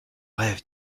rêves